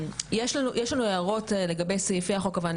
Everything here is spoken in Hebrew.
יש לנו הערות על סעיפי החוק אבל אני